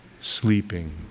sleeping